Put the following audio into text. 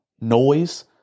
noise